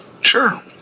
Sure